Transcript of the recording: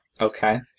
Okay